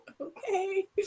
okay